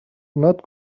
not